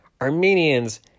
Armenians